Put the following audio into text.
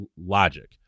logic